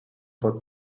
for